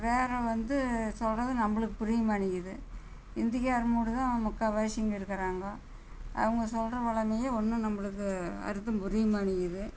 வேறு வந்து சொல்கிறது நம்மளுக்கு புரிய மாட்டேங்கிறது இந்திக்கார மூடு தான் முக்கால்வாசி இங்கே இருக்கிறாங்கோ அவங்க சொல்கிற வழமையே ஒன்றும் நம்மளுக்கு அர்த்தம் புரிய மாட்டேங்கிறது